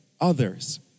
others